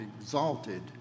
exalted